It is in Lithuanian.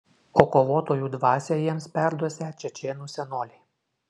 o kovotojų dvasią jiems perduosią čečėnų senoliai